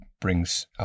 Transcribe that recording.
brings